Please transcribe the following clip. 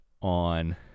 on